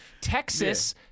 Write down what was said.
Texas